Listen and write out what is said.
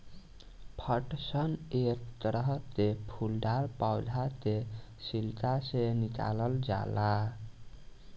पटसन एक तरह के फूलदार पौधा के छिलका से निकालल जाला